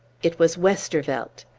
it was westervelt.